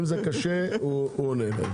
אם זה קשה הוא עונה.